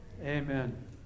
amen